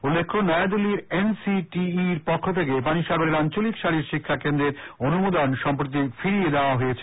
উল্লেখ্য নয়াদিল্লির N C T ইর পক্ষ থেকে পানিসাগরের আঞ্চলিক শারীর শিক্ষা কেন্দ্রের অনুমোদন সম্প্রতি ফিরিয়ে দেয়া হয়েছিল